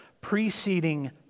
preceding